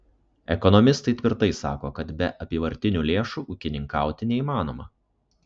ekonomistai tvirtai sako kad be apyvartinių lėšų ūkininkauti neįmanoma